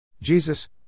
Jesus